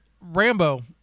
Rambo